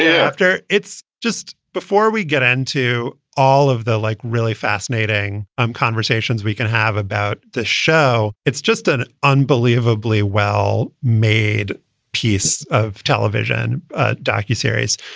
yeah after it's just before we get to all of the like, really fascinating um conversations we can have about the show. it's just an unbelievably well made piece of television ah docu series.